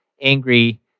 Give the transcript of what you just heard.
angry